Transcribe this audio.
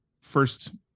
first